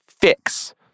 fix